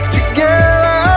Together